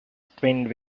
twinned